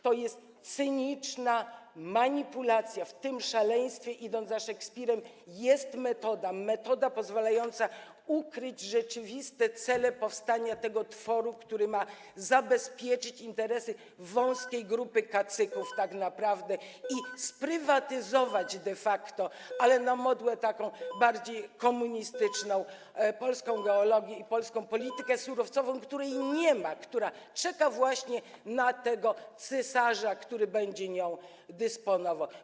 To jest cyniczna manipulacja, w tym szaleństwie, idąc za Szekspirem, jest metoda, metoda pozwalająca ukryć rzeczywiste cele powstania tego tworu, który ma zabezpieczyć interesy wąskiej grupy kacyków tak naprawdę i sprywatyzować de facto, ale na modłę taką bardziej komunistyczną, polską geologię i polską politykę surowcową, której nie ma, która czeka właśnie na cesarza, który będzie nią dysponował.